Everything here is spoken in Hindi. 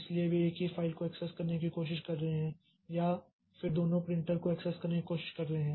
इसलिए वे एक ही फाइल को एक्सेस करने की कोशिश कर रहे हैं या फिर दोनों प्रिंटर को एक्सेस करने की कोशिश कर रहे हैं